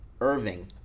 Irving